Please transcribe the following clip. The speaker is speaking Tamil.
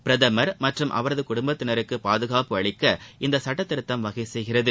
பிரதமர் மற்றும் அவரது குடும்பத்தினருக்கு பாதுகாப்பு அளிக்க இந்த சுட்டத் திருத்தம் வகை செய்கிறது